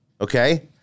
okay